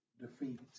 defeat